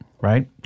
right